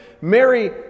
Mary